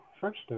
first